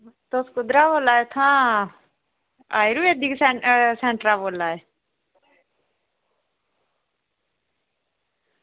तुस कुद्धरा दा बोल्ला दे इत्थां आयुर्वेदिक सैंटर दा बोल्ला दे